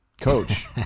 Coach